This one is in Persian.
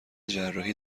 جراحی